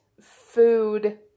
food